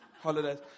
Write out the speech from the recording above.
holidays